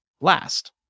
last